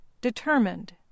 Determined